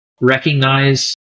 recognize